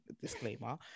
disclaimer